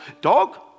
dog